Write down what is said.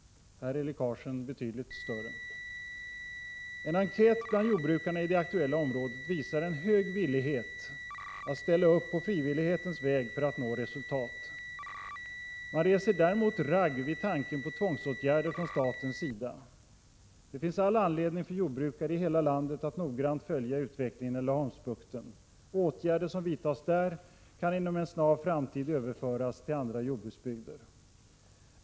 Här är läckaget betydligt större. En enkät bland jordbrukare i det aktuella området visar en hög villighet att ställa upp på frivillighetens väg för att nå resultat. Man reser däremot ragg vid tanken på tvångsåtgärder från statens sida. Det finns all anledning för jordbrukare i hela landet att noggrant följa utvecklingen i Laholmsbukten. Åtgärder som vidtas där kan inom en snar framtid överföras till andra jordbruksbygder.